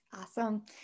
Awesome